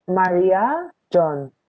maria john